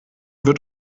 wird